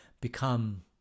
become